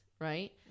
right